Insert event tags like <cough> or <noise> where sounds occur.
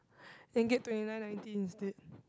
<breath> can get twenty nine ninety instead